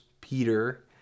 Peter